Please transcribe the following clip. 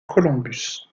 columbus